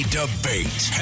debate